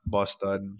Boston